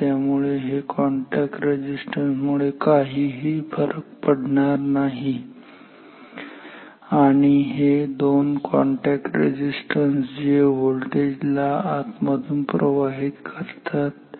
त्यामुळे हे कॉन्टॅक्ट रेजिस्टन्समुळे काहीही फरक पडणार नाही आणि हे दोन कॉन्टॅक्ट रेझिस्टन्स जे व्होल्टेज ला आत मधून प्रभावित करतात